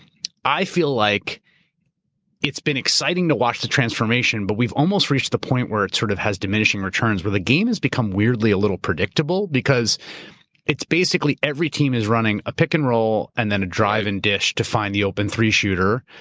i feel like it's been exciting to watch the transformation, but we've almost reached the point where it sort of has diminishing returns where the game has become weirdly a little predictable because it's basically every team is running a pick-and-roll and then a drive-and-dish to find the open three-shooter,